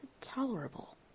tolerable